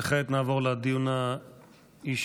וכעת נעבור לדיון האישי.